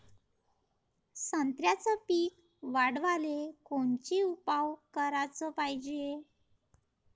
संत्र्याचं पीक वाढवाले कोनचे उपाव कराच पायजे?